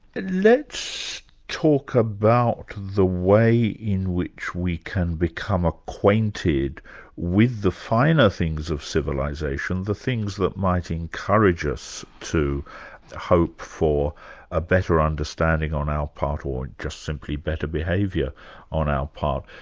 let's talk about the way in which we can become acquainted with the finer things of civilisation, the things that might encourage us to hope for a better understanding on our part, or just simply better behaviour on our part.